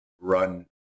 run